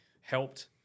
helped